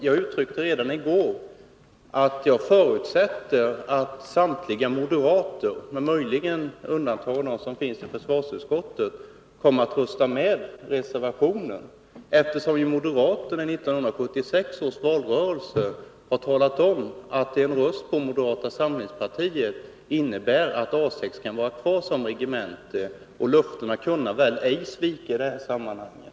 Jag uttalade redan i går att jag förutsätter att samtliga moderater — möjligen med undantag av moderaterna i försvarsutskottet — kommer att rösta för reservationen, eftersom moderaterna i 1976 års valrörelse ju talade om att en röst på moderata samlingspartiet skulle innebära att A 6 kunde vara kvar som regemente. Löftena kan väl ej svikas i det här sammanhanget?